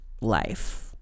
Life